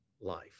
life